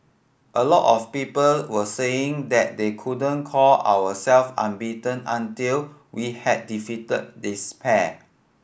a lot of people were saying that they couldn't call ourselves unbeaten until we had defeated this pair